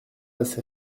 assez